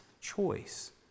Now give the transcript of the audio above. choice